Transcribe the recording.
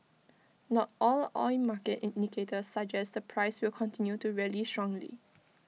not all oil market indicators suggest the price will continue to rally strongly